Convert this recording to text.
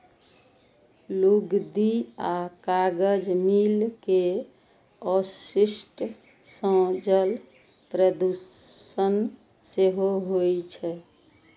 लुगदी आ कागज मिल के अवशिष्ट सं जल प्रदूषण सेहो होइ छै